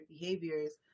behaviors